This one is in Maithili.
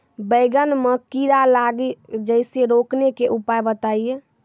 बैंगन मे कीड़ा लागि जैसे रोकने के उपाय बताइए?